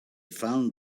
found